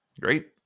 Great